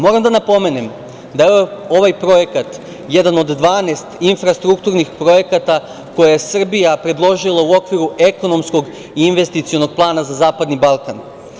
Moram da napomenem da je ovaj projekat jedan od 12 infrastrukturnih projekat koje je Srbija predložila u okviru Ekonomskog investicionog plana za zapadni Balkan.